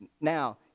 Now